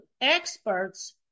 experts